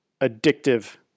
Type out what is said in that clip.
addictive